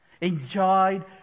enjoyed